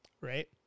Right